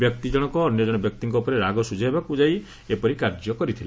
ବ୍ୟକ୍ତି ଜଣକ ଅନ୍ୟ ଜଣେ ବ୍ୟକ୍ତିଙ୍କ ଉପରେ ରାଗ ସୁଝାଇବାକୁ ଯାଇଏପରି କାର୍ଯ୍ୟ କରିଥିଲା